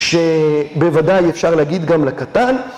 שבוודאי אפשר להגיד גם לקטן.